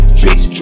bitch